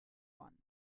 one